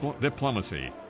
diplomacy